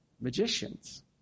magicians